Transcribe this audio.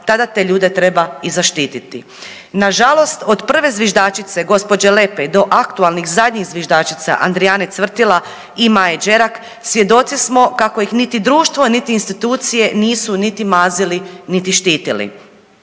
tada te ljude treba i zaštititi. Nažalost, od prve zviždačice gospođe Lepej do aktualnih zadnjih zviždačica Andrijane Cvrtila i Maje Đerak svjedoci smo kako ih niti društvo, niti institucije nisu niti mazili, niti štitili.